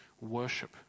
worship